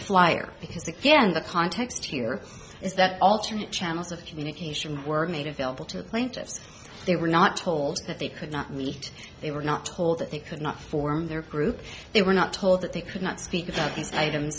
flyer because again the context here is that alternate channels of communication were made available to the plaintiffs they were not told that they could not meet they were not told that they could not form their group they were not told that they could not speak about